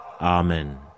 Amen